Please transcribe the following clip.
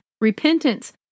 repentance